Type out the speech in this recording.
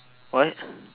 what